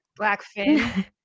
Blackfin